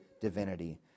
divinity